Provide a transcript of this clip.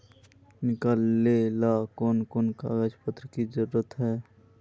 निकाले ला कोन कोन कागज पत्र की जरूरत है?